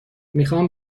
میخام